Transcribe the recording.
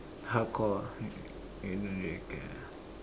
hardcore ah